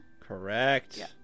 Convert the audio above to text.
Correct